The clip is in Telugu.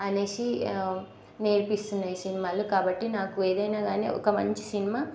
అనేసి నేర్పిస్తున్నాయి సినిమాలు కాబట్టి నాకు ఏదైనా కానీ ఒక మంచి సినిమా